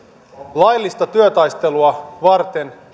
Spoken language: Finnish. laillista työtaistelua varten